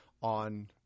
on